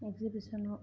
एक्सिबिस'नाव